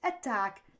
attack